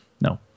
No